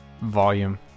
volume